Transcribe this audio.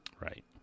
right